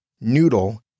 Noodle